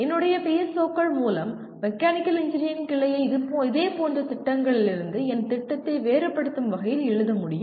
என்னுடைய PSOக்கள் மூலம் மெக்கானிக்கல் இன்ஜினியரிங் கிளையை இதே போன்ற திட்டங்களிலிருந்து என் திட்டத்தை வேறுபடுத்தும் வகையில் எழுத முடியும்